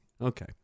Okay